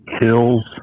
kills